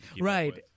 Right